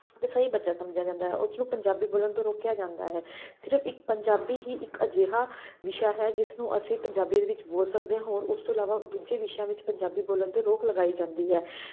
ਅਤੇ ਸਹੀ ਬੱਚਾ ਸਮਝਿਆ ਜਾਂਦਾ ਹੈ ਉਸ ਨੂੰ ਪੰਜਾਬੀ ਬੋਲਣ ਤੋਂ ਰੋਕਿਆ ਜਾਂਦਾ ਹੈ ਸਿਰਫ ਇੱਕ ਪੰਜਾਬੀ ਹੀ ਇੱਕ ਅਜਿਹਾ ਵਿਸ਼ਾ ਹੈ ਜਿਸਨੂੰ ਅਸੀਂ ਪੰਜਾਬੀ ਦੇ ਵਿੱਚ ਬੋਲ ਸਕਦੇ ਹੋਰ ਉਸ ਤੋਂ ਇਲਾਵਾ ਦੂਜੇ ਵਿਸ਼ਿਆਂ ਵਿੱਚ ਪੰਜਾਬੀ ਬੋਲਣ 'ਤੇ ਰੋਕ ਲਗਾਈ ਜਾਂਦੀ ਹੈ